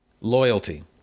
loyalty